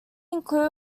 included